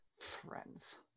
friends